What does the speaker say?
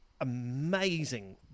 amazing